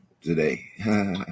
today